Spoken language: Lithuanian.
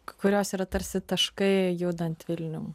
kurios yra tarsi taškai judant vilnium